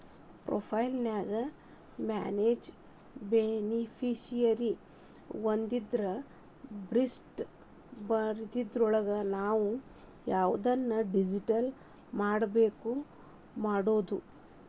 profile ನ್ಯಾಗ manage beneficiary ಒತ್ತಿದ್ರ list ಬನ್ದಿದ್ರೊಳಗ ನಾವು ಯವ್ದನ್ನ ಡಿಲಿಟ್ ಮಾಡ್ಬೆಕೋ ಮಾಡ್ಬೊದು